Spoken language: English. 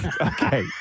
Okay